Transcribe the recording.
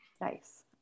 Nice